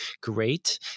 great